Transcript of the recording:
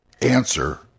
answer